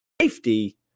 safety